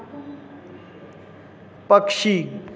पक्षी